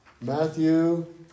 Matthew